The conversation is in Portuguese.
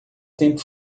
tempo